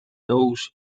those